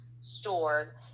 stored